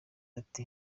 ati